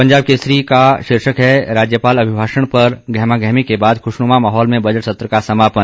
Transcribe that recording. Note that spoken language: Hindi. पंजाब केसरी का शीर्षक है राज्यपाल अभिभाषण पर गहमा गहमी के बाद खूशनुमा माहौल में बजट सत्र का समापन